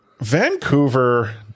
Vancouver